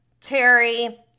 Terry